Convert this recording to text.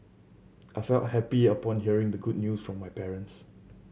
I felt happy upon hearing the good news from my parents